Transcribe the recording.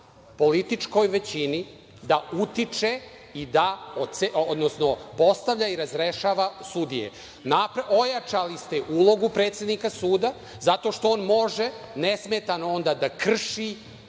političkoj većini da utiče i postavlja i razrešava sudije. Ojačali ste ulogu predsednika suda zato što on može nesmetano da krši